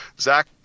Zach